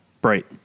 Bright